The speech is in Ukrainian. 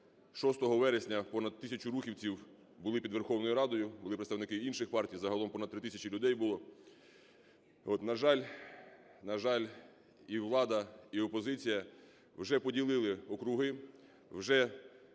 6 вересня понад тисячу рухівців були під Верховною Радою, були представники і інших партій, загалом понад 3 тисячі людей було. На жаль, і влада, і опозиція вже поділили округи, вже